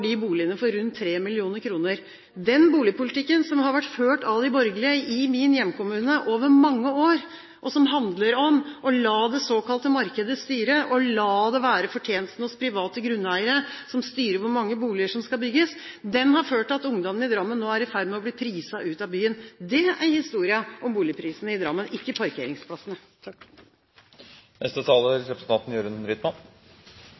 de boligene for rundt 3 mill. kr. Den boligpolitikken som har vært ført av de borgerlige i min hjemkommune i mange år – som handler om å la det såkalte markedet styre, og la det være fortjenesten hos private grunneiere som styrer hvor mange boliger som skal bygges – har ført til at ungdommen i Drammen nå er i ferd med å bli priset ut av byen. Det er historien om boligprisene i Drammen – ikke parkeringsplassene. Representanten Jørund Rytman